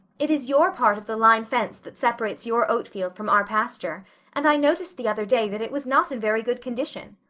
it is your part of the line fence that separates your oatfield from our pasture and i noticed the other day that it was not in very good condition.